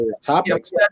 topics